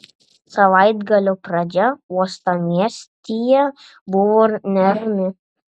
savaitgalio pradžia uostamiestyje buvo nerami